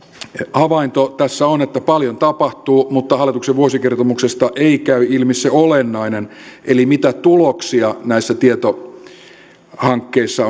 havainto tässä on että paljon tapahtuu mutta hallituksen vuosikertomuksesta ei käy ilmi se olennainen eli se mitä tuloksia näissä tietohankkeissa